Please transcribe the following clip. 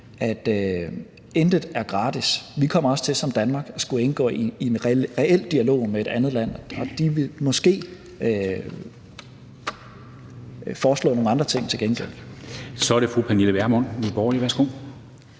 at intet er gratis. Vi kommer også til som land at skulle indgå i en reel dialog med et andet land, og de vil måske foreslå nogle andre ting til gengæld. Kl. 11:14 Formanden (Henrik Dam